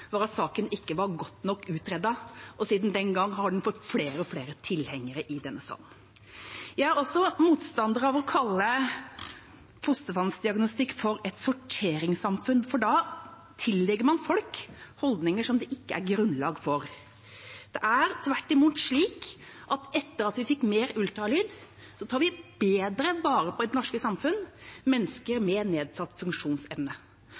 var at saken ikke var godt nok utredet. Siden den gangen har den fått flere og flere tilhengere i denne salen. Jeg er også motstander av å kalle fostervannsdiagnostikk for et «sorteringssamfunn», for da tillegger man folk holdninger det ikke er grunnlag for. Det er tvert imot slik at etter at vi fikk mer ultralyd, tar vi i det norske samfunn bedre vare på mennesker med nedsatt funksjonsevne. Og hvis det